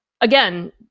Again